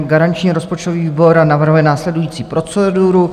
Garanční rozpočtový výbor navrhuje následující proceduru.